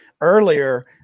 earlier